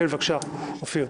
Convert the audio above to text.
בבקשה, אופיר,